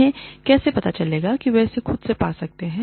उन्हें कैसे पता चलेगा कि वह इसे खुद ही पा सकते हैं